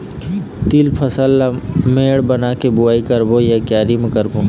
तील फसल ला मेड़ बना के बुआई करबो या क्यारी म करबो?